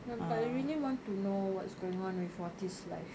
um but I really want to know what's going on with wati life